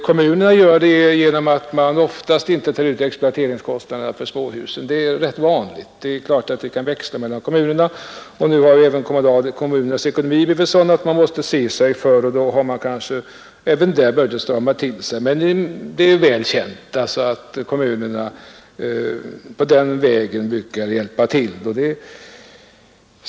Kommunerna gör det genom att de oftast inte tar ut exploateringskostnaderna för småhus — det är rätt vanligt även om det kan växla mellan kommunerna. Nu har även kommunernas ekonomi blivit sådan att de måste se sig för, och då har kanske även de börjat strama åt. Men det är väl känt att kommunerna på den vägen brukar underlätta småhusbyggandet.